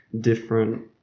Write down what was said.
different